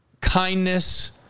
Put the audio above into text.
kindness